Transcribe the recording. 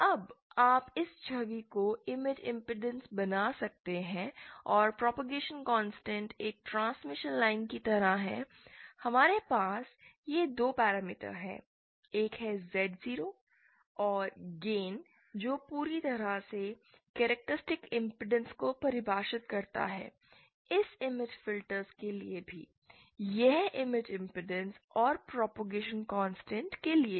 अब आप इस छवि को इमेज इमपेडेंस बना सकते हैं और प्रॉपगेशन कॉन्स्टेंट एक ट्रांसमिशन लाइन की तरह हैं हमारे पास ये दो पैरामीटर हैं एक है Z0 और गेन जो पूरी तरह से कैरेक्टरिस्टिक इमपेडेंस को परिभाषित करता है इस इमेज फिल्टर्स के लिए भी यह इमेज इमपेडेंस और इस प्रॉपगेशन कांस्टेंट के लिए भी